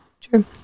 True